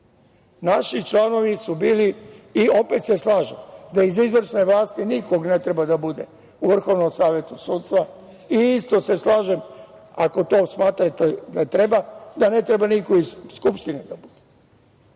naši članovi su bili, opet se lažem, da iz izvršne vlasti nikog ne treba da bude u Vrhovnom savetu sudstva, i isto se slažem, ako to smatrate da treba, da ne treba niko iz Skupštine, ali